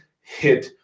hit